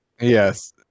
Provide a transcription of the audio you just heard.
Yes